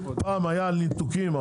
פעם היה ניתוקים,